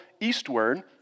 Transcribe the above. eastward